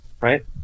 Right